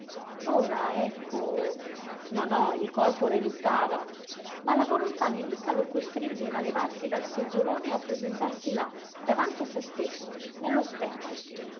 ma la volontà nemica lo costringeva a levarsi dal seggiolone e a presentarsi là davanti a se stesso nello specchio